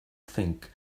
think